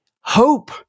hope